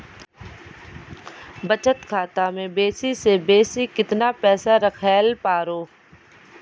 बचत खाता म बेसी से बेसी केतना पैसा रखैल पारों?